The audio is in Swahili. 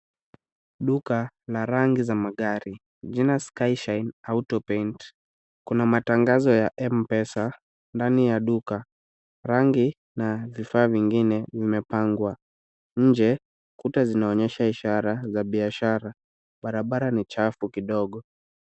Duka la rangi za magari jina Sky Shine Autopaint . Kuna matangazo ya M-Pesa ndani ya duka. Rangi na vifaa vingine vimepangwa. Nje, kuta zinaonyesha ishara za biashara. Barabara ni chafu kidogo.